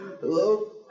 hello